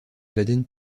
baden